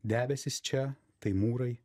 debesys čia tai mūrai